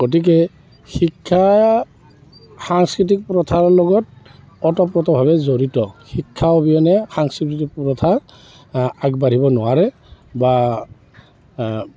গতিকে শিক্ষা সাংস্কৃতিক প্ৰথাৰ লগত ওতঃপ্ৰোতভাৱে জড়িত শিক্ষা অবিহনে সাংস্কৃতিক প্ৰথা আগবাঢ়িব নোৱাৰে বা